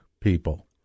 people